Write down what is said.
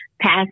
past